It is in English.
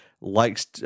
likes